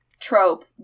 trope